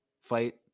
fight